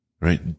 right